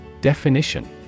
Definition